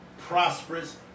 prosperous